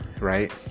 right